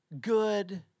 good